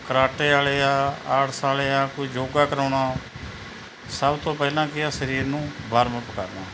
karate ਵਾਲੇ ਆ arts ਵਾਲੇ ਆ ਕੋਈ ਯੋਗਾ ਕਰਵਾਉਣਾ ਸਭ ਤੋਂ ਪਹਿਲਾਂ ਕੀ ਆ ਸਰੀਰ ਨੂੰ ਬਾਰਮ ਅਪ ਕਰਨਾ